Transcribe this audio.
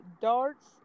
darts